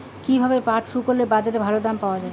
কীভাবে পাট শুকোলে বাজারে ভালো দাম পাওয়া য়ায়?